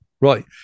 Right